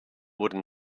wooden